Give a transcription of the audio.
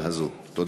תודה.